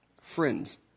Friends